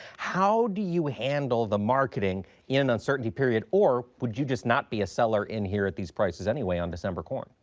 how do you handle the marketing in an uncertainty period? or would you just not be a seller in here at these prices anyway on december corn?